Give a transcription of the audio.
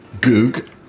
Goog